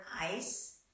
ice